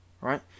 right